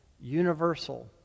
universal